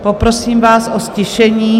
Poprosím vás o ztišení.